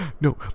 no